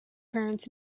parents